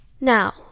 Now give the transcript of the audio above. Now